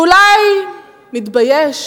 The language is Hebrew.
ואולי מתבייש.